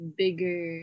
bigger